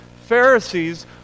Pharisees